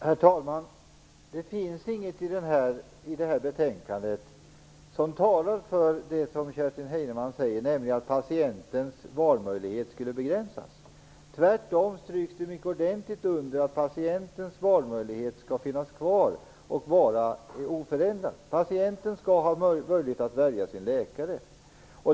Herr talman! Det finns inget i det här betänkanet som talar för det som Kerstin Heinemann säger, nämligen att patientens valmöjlighet skulle begränsas. Tvärtom stryks det mycket ordentligt under att patientens valmöjlighet skall finnas kvar och vara oförändrad. Patienten skall ha möjlighet att välja sin läkare.